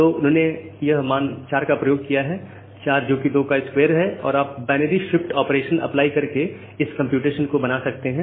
तो उन्होंने यह मान 4 का प्रयोग किया है 4 जो कि 2 स्क्वेयर है तो आप बायनरी शिफ्ट ऑपरेशन अप्लाई करके इस कंप्यूटेशन को बना सकते हैं